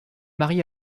marié